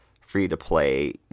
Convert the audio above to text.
free-to-play